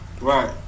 Right